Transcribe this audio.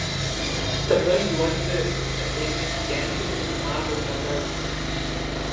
tada juodvi ėmė kikenti kaip mažos mergaitės